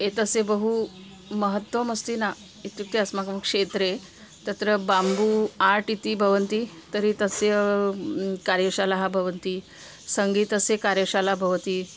एतस्य बहु महत्त्वम् अस्ति न इत्युक्ते अस्माकं क्षेत्रे तत्र बाम्बू आर्ट् इति भवन्ति तर्हि तस्य कार्यशालाः भवन्ति सङ्गीतस्य कार्यशाला भवति